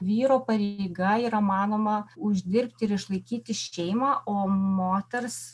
vyro pareiga yra manoma uždirbti ir išlaikyti šeimą o moters